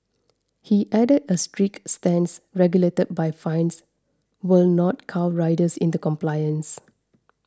he added a strict stance regulated by fines will not cow riders into compliance